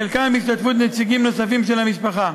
חלקן בהשתתפות נציגים נוספים של המשפחה.